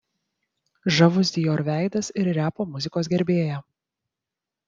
žavus dior veidas ir repo muzikos gerbėja